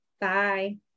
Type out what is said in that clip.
Bye